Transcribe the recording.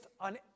on